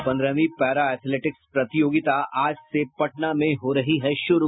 और पन्द्रहवीं para athletics प्रतियोगिता आज से पटना में हो रही है शुरू